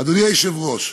אדוני היושב-ראש,